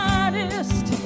artist